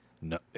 No